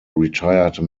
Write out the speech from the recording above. retired